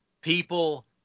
People